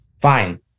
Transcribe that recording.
fine